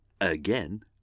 Again